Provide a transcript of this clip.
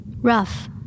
Rough